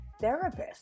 therapist